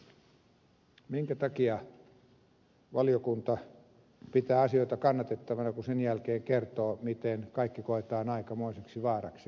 minkä takia valiokunta pitää asioita kannatettavina kun sen jälkeen se kertoo miten kaikki koetaan aikamoiseksi vaaraksi